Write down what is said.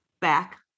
back